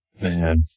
Man